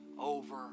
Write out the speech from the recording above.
over